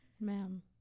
Ma'am